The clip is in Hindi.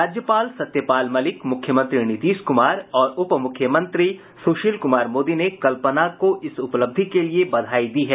राज्यपाल सत्यपाल मलिक मुख्यमंत्री नीतीश कुमार और उप मुख्यमंत्री सुशील कुमार मोदी ने कल्पना को इस उपलब्धि के लिए बधाई दी है